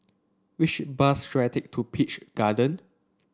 which bus should I take to Peach Garden